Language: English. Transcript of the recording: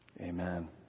Amen